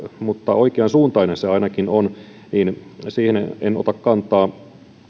oikeansuuntainen se ainakin on en ota kantaa